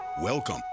Welcome